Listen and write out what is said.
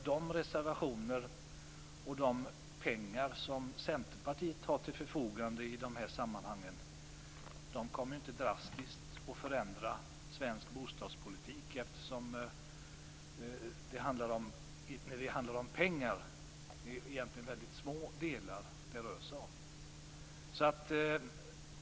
De reservationer och de pengar som Centerpartiet har till förfogande i de här sammanhangen kommer inte att drastiskt förändra svensk bostadspolitik. Då det handlar om pengar rör det sig om väldigt små delar.